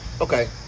okay